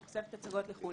שחושפת הצגות לחו"ל,